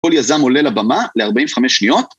‫כל יזם עולה לבמה ל-45 שניות.